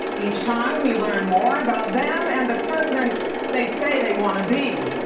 each time, we learn more about them and the presidents they say they want to be.